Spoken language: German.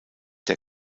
der